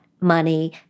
money